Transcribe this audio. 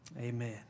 Amen